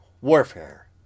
warfare